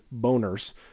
boners